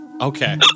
Okay